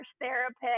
therapist